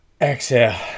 exhale